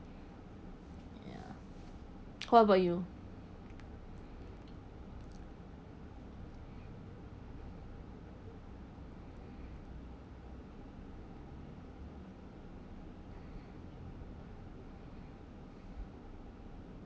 ya what about you